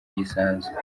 gisanzwe